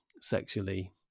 sexually